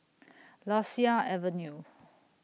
Lasia Avenue